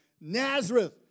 Nazareth